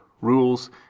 rules